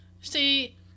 see